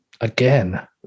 again